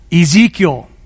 Ezekiel